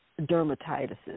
dermatitis